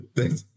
Thanks